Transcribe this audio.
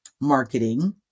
marketing